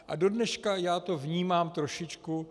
A do dneška já to vnímám trošičku...